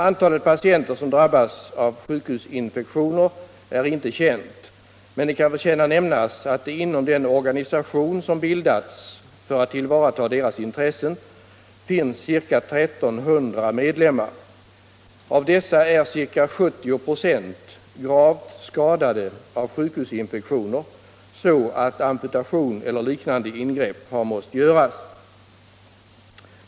Antalet patienter som drabbas av sjukhusinfektioner är inte känt, men det kan förtjäna nämnas att det inom den organisation som bildats för att tillvarata deras intressen finns ca 1300 medlemmar. Av dessa är ca 70 926 gravt skadade av sjukhusinfektioner så att amputation eller liknande ingrepp har måst göras.